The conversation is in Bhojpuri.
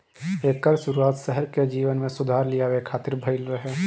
एकर शुरुआत शहर के जीवन में सुधार लियावे खातिर भइल रहे